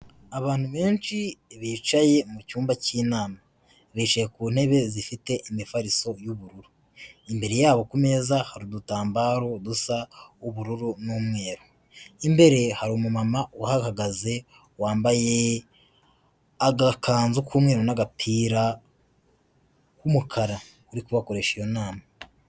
Abantu benshi bicaye mu cyumba cy'inama, bicaye ku ntebe zifite imifariso y'ubururu, imbere yabo ku meza hari udutambaro dusa ubururu n'umweru, imbere hari umumama uhahagaze wambaye agakanzu k'umweru n'agapira k'umukara uri kubakoresha iyo nama.